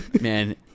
Man